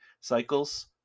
cycles